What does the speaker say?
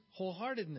wholeheartedness